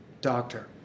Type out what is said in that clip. doctor